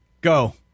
Go